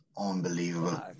unbelievable